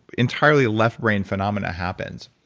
entirely left-brain phenomena happens.